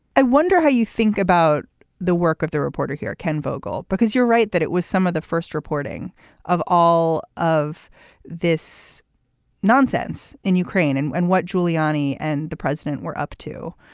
i wonder how you think about the work of the reporter here. ken vogel because you're right that it was some of the first reporting of all of this nonsense in ukraine and and what giuliani and the president were up to.